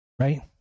Right